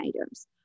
items